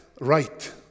right